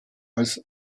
als